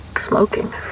smoking